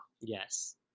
Yes